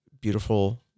beautiful